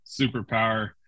Superpower